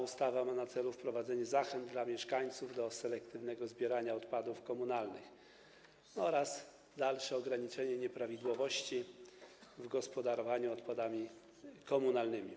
Ustawa ma również na celu wprowadzenie zachęt dla mieszkańców do selektywnego zbierania odpadów komunalnych oraz dalsze ograniczenie nieprawidłowości w gospodarowaniu odpadami komunalnymi.